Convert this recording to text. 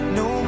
no